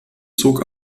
zog